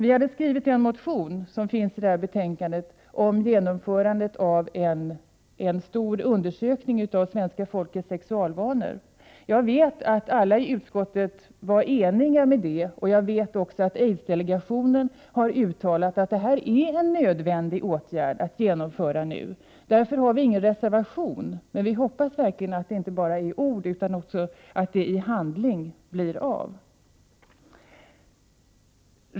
Vi hade skrivit en motion, som behandlas i detta betänkande, om genomförandet av en stor undersökning av svenska folkets sexualvanor. Jag vet att alla i utskottet var eniga om detta, och jag vet också att aidsdelegationen har uttalat att detta är en åtgärd som det är riktigt att genomföra nu. Därför har vi inte avgivit någon reservation. Vi hoppas verkligen att det inte bara är ord utan att detta också i handling blir av.